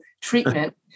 treatment